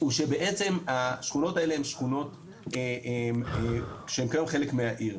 זה שבעצם השכונות האלה הן שכונות שהן כיום חלק מהעיר.